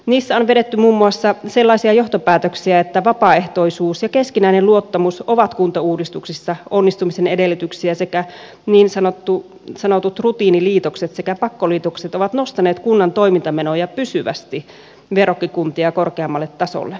niissä on vedetty muun muassa sellaisia johtopäätöksiä että vapaaehtoisuus ja keskinäinen luottamus ovat kuntauudistuksissa onnistumisen edellytyksiä sekä niin sanotut rutiiniliitokset sekä pakkoliitokset ovat nostaneet kunnan toimintamenoja pysyvästi verrokkikuntia korkeammalle tasolle